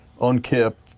unkept